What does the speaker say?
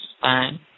fine